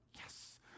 Yes